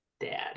dad